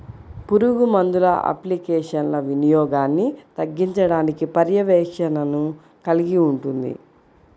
పురుగుమందుల అప్లికేషన్ల వినియోగాన్ని తగ్గించడానికి పర్యవేక్షణను కలిగి ఉంటుంది